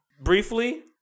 Briefly